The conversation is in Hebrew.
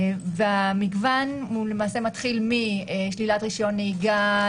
המגוון מתחיל משלילת רישיון נהיגה,